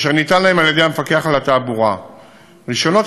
אשר ניתן להם על-ידי המפקח על התעבורה ובכפוף לו.